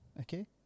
Okay